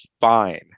fine